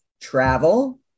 travel